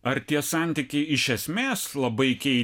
ar tie santykiai iš esmės labai keitė